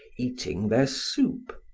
eating their soup.